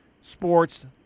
sports